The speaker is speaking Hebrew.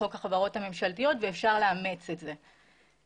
זה קיים בחוק החברות הממשלתיות ואפשר לאמץ את זה.